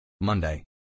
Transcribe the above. Monday